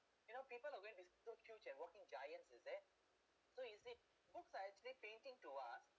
you know people are going bis~ to and working giants is there so is it books are actually painting to us